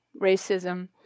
racism